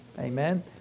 Amen